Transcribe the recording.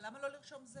אבל למה לא לרשום זה